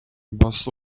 bus